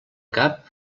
cap